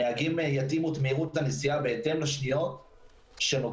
הנהגים יתאימו את מהירות הנסיעה בהתאם לשניות שנותרו,